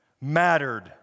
mattered